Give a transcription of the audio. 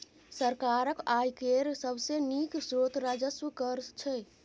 सरकारक आय केर सबसे नीक स्रोत राजस्व कर छै